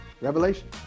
revelation